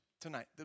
tonight